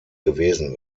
gewesen